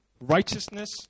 righteousness